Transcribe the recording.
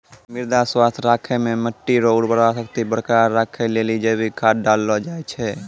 मृदा स्वास्थ्य राखै मे मट्टी रो उर्वरा शक्ति बरकरार राखै लेली जैविक खाद डाललो जाय छै